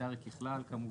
פרלמנטרי ככלל כמובן,